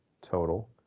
total